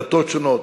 דתות שונות,